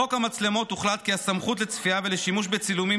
בחוק המצלמות הוחלט כי הסמכות לצפייה ולשימוש בצילומים